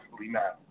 now